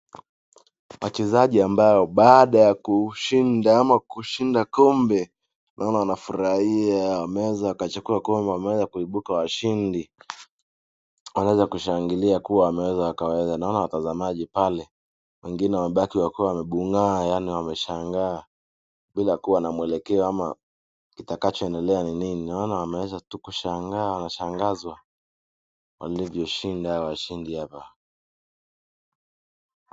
Wachezaji ambao baada ya kushinda kombe au naona wamefurahia. Wamechukua kombe . Wameeza kuebuka washindi. wameeza kushangilia kuwa wameweza. Maona watazamaji pale wengine wamepaki wengine wamebungaa yani wameshangaa bila kuwa na mwelekeo ama kitakoendelea ni nini. Naona tu wameeza kushanga wanashangaa wanashagazwa walivyoshidwa hawa washindi hapa.